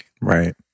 Right